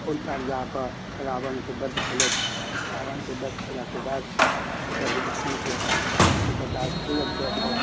ओइ पार जाकऽ रावणके वद्ध केलथि रावणके वद्ध केलाके बाद ओहिठाम विभीषणके हुनकर राजतिलक दऽ कऽ